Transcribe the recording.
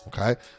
okay